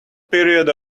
period